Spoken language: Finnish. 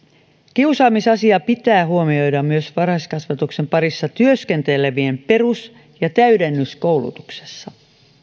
kiusaamisasia pitää huomioida myös varhaiskasvatuksen parissa työskentelevien perus ja täydennyskoulutuksessa